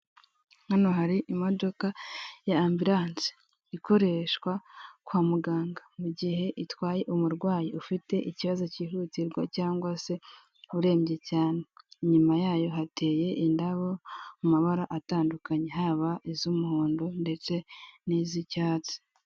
Hano hari imodoka ya ambiranse ikoreshwa kwa muganga mugihe itwaye umurwayi ufite ikibazo kihutirwa cyangwa se urembye cyane, inyuma yayo hateye indabo mu mabara atandukanye haba iz'umuhondo ndetse niz'icyatsi.